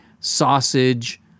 sausage